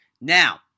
Now